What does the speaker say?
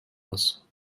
muss